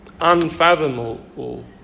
unfathomable